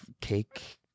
cake